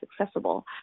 accessible